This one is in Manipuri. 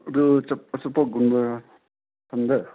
ꯑꯗꯨ ꯑꯆꯥꯄꯣꯠꯒꯨꯝꯕ ꯊꯝꯗꯦ